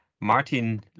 martin